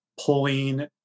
pulling